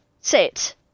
sit